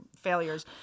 failures